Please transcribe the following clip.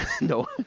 No